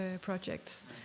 projects